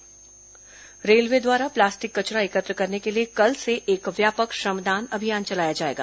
railway plastic railway द्वारा plastic कचरा एकत्र करने के लिए कल से एक व्यापक श्रमदान अभियान चलाया जाएगा